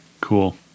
cool